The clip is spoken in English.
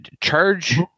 charge